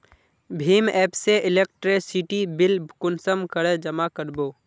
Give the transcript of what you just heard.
भीम app से electricity bill कुंसम करे जमा कर बो?